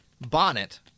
Bonnet